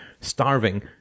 starving